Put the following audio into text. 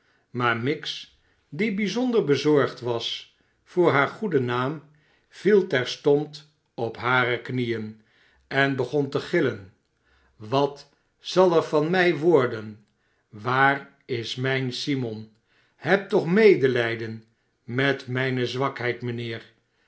maar miggs die bijzonder bezorgd was voor haar goeden naam viel terstond op hare knieen en begon te gillen wat zal er van mij worden waar is mijn simon heb toch medelijden met mijne zwakheid mijnheer